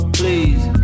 please